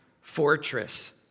fortress